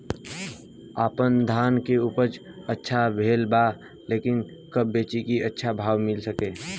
आपनधान के उपज अच्छा भेल बा लेकिन कब बेची कि अच्छा भाव मिल सके?